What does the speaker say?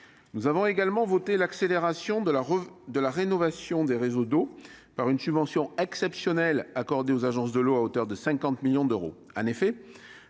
Nous avons également voté l'accélération de la rénovation des réseaux d'eau, par une subvention exceptionnelle accordée aux agences de l'eau à hauteur de 50 millions d'euros.